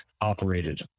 operated